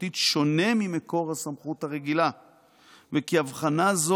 החוקתית שונה ממקור הסמכות הרגילה וכי הבחנה זו